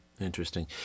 Interesting